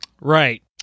Right